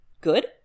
good